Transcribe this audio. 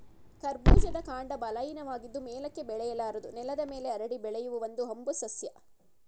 ಕರ್ಬೂಜದ ಕಾಂಡ ಬಲಹೀನವಾಗಿದ್ದು ಮೇಲಕ್ಕೆ ಬೆಳೆಯಲಾರದು ನೆಲದ ಮೇಲೆ ಹರಡಿ ಬೆಳೆಯುವ ಒಂದು ಹಂಬು ಸಸ್ಯ